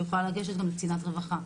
היא יכולה לגשת גם לקצינת רווחה,